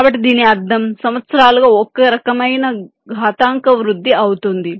కాబట్టి దీని అర్థం సంవత్సరాలుగా ఒక రకమైన ఘాతాంక వృద్ధి అవుతోంది